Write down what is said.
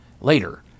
Later